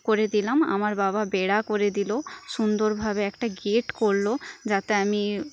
করে দিলাম আমার বাবা বেড়া করে দিল সুন্দরভাবে একটা গেট করলো যাতে আমি